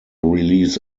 release